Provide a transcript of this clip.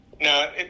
No